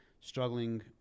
struggling